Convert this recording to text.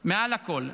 מעל הכול,